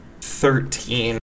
thirteen